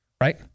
Right